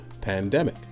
pandemic